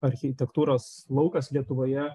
architektūros laukas lietuvoje